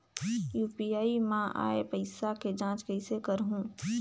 UPI मा आय पइसा के जांच कइसे करहूं?